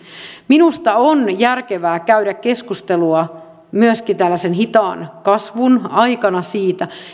minusta on järkevää käydä keskustelua myöskin tällaisen hitaan kasvun aikana siitä